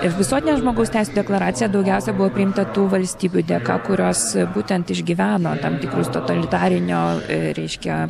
ir visuotinė žmogaus teisių deklaracija daugiausia buvo priimta tų valstybių dėka kurios būtent išgyveno tam tikrus totalitarinio reiškia